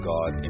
God